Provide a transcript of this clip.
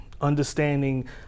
Understanding